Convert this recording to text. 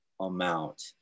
amount